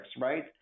right